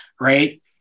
Right